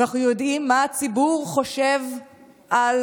אנחנו יודעים מה הציבור חושב על